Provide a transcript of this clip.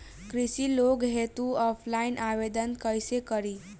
कृषि लोन हेतू ऑफलाइन आवेदन कइसे करि?